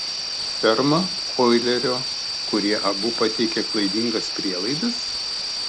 ferma oilerio kurie abu pateikė klaidingas prielaidas